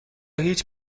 هیچ